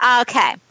Okay